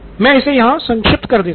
मैं इसे यहाँ संक्षिप्त कर देता हूँ